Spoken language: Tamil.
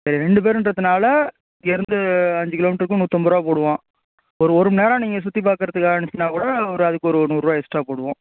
சரி ரெண்டு பேருகின்றதுனால இங்கேருந்து அஞ்சு கிலோ மீட்ருக்கு நூத்தம்பது ரூபா போடுவோம் ஒரு ஒரு மணி நேரம் நீங்கள் சுற்றிப் பார்க்கறதுக்கு ஆணுச்சின்னால் கூட ஒரு அதுக்கு ஒரு நூறுபா எக்ஸ்ட்டா போடுவோம்